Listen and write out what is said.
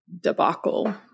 debacle